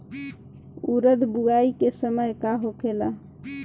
उरद बुआई के समय का होखेला?